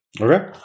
Okay